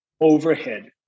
overhead